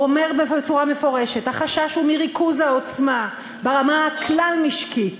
הוא אומר בצורה מפורשת: החשש הוא מריכוז העוצמה ברמה הכלל-משקית,